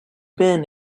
been